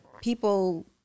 people